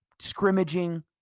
scrimmaging